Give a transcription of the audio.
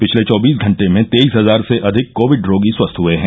पिछले चौबीस घंटे में तेईस हजार से अधिक कोविड रोगी स्वस्थ हए हैं